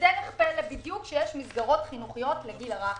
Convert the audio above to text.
בדרך פלא, בדיוק כשיש מסגרות חינוכיות לגיל הרך.